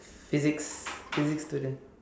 physics physics student